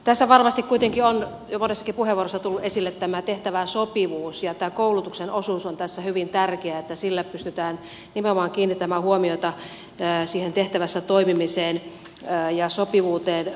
tässä varmasti kuitenkin on jo monessakin puheenvuorossa tullut esille tämä tehtävään sopivuus ja tämä koulutuksen osuus on tässä hyvin tärkeää että sillä pystytään nimenomaan kiinnittämään huomiota siihen tehtävässä toimimiseen ja sopivuuteen